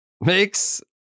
Makes